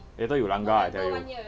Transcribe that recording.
later you langgar I tell you